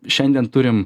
šiandien turim